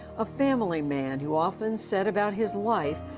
a family man who often said about his life,